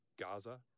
Gaza